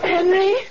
Henry